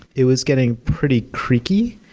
it was getting pretty creaky,